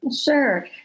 Sure